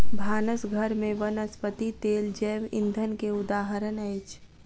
भानस घर में वनस्पति तेल जैव ईंधन के उदाहरण अछि